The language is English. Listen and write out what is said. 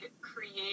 create